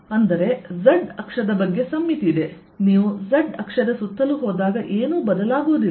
ಅಂದರೆ z ಅಕ್ಷದ ಬಗ್ಗೆ ಸಮ್ಮಿತಿ ಇದೆ ನೀವು z ಅಕ್ಷದ ಸುತ್ತಲೂ ಹೋದಾಗ ಏನೂ ಬದಲಾಗುವುದಿಲ್ಲ